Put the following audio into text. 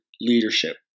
leadership